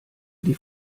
die